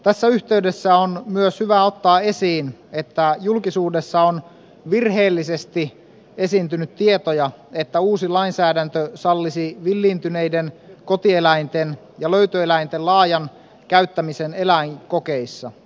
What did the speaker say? tässä yhteydessä on myös hyvä ottaa esiin että julkisuudessa on virheellisesti esiintynyt tietoja että uusi lainsäädäntö sallisi villiintyneiden kotieläinten ja löytöeläinten laajan käyttämisen eläinkokeissa